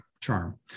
charm